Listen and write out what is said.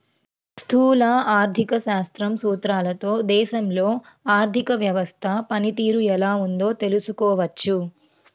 స్థూల ఆర్థిక శాస్త్రం సూత్రాలతో దేశంలో ఆర్థిక వ్యవస్థ పనితీరు ఎలా ఉందో తెలుసుకోవచ్చు